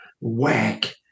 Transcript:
whack